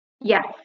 Yes